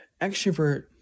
extrovert